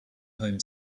home